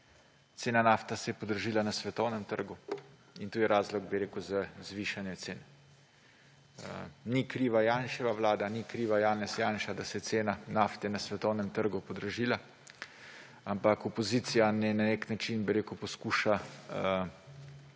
cena nafte se je podražila na svetovnem trgu in to je razlog za zvišanje cen. Ni kriva Janševa vlada, ni kriv Janez Janša, da se je cena nafte na svetovnem trgu podražila, ampak opozicija na nek način poskuša